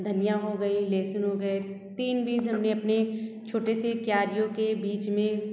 धनिया हो गई लेहसुन हो गए तीन बीज हमने अपनी छोटी सी क्यारियों के बीच में